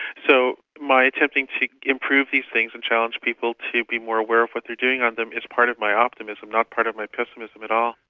so my attempting to improve these things and challenge people to be more aware of what they're doing on them is part of my optimism, not part of my pessimism at all